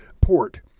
port